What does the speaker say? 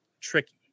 tricky